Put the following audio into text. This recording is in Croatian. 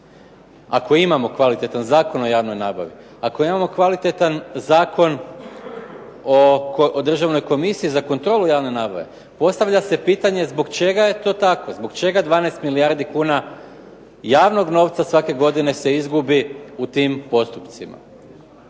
Ako imamo kvalitetan Zakon o javnoj nabavi, ako imamo kvalitetan Zakon o Državnoj komisiji za kontrolu javne nabave, postavlja se pitanje zbog čega je to tako? Zbog čega 12 milijardi kuna javnog novca svake godine se izgubi u tim postupcima?